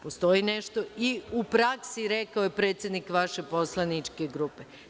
Postoji nešto i u praksi, rekao je predsednik vaše poslaničke grupe.